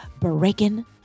breaking